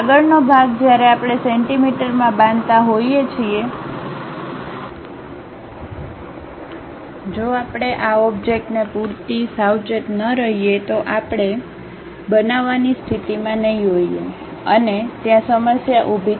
આગળનો ભાગ જ્યારે આપણે સેન્ટીમીટરમાં બાંધતા હોઈએ છીએ જો આપણે આ ઓબ્જેક્ટને પૂરતી સાવચેત ન રહીએ તો આપણે બનાવવાની સ્થિતિમાં નહીં હોઈએ અને ત્યાં સમસ્યા ઉભી થાય